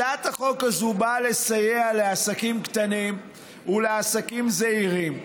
הצעת החוק הזו באה לסייע לעסקים קטנים ולעסקים זעירים.